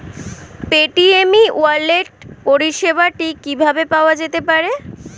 Paytm e wallet পরিষেবাটি কিভাবে পাওয়া যেতে পারে?